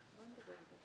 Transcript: בהסכמה.